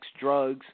Drugs